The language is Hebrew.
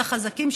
את החזקים,